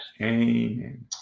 amen